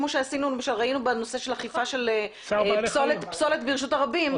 כפי שראינו בנושא אכיפה של פסולת ברשות הרבים,